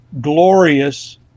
glorious